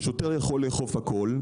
אתה יכול לאכוף הכול,